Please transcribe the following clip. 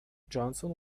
johnson